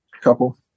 couple